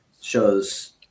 shows